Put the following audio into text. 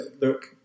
look